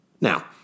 Now